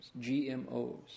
GMOs